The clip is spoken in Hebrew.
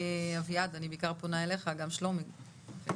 אביעד, אני בעיקר פונה אליך, גם לשלומי ואלון,